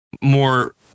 more